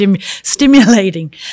stimulating